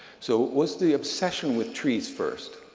so it was the obsession with trees first,